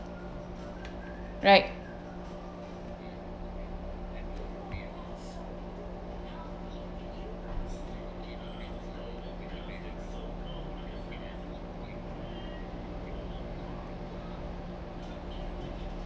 right